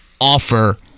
offer